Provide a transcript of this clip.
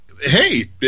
Hey